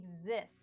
exist